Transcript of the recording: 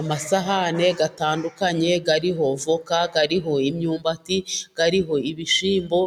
Amasahane gatandukanye, hariho voka, hariho imyumbati, kariho ibishyimbo,